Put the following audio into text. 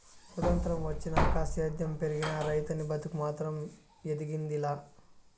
సొత్రంతం వచ్చినాక సేద్యం పెరిగినా, రైతనీ బతుకు మాత్రం ఎదిగింది లా